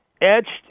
etched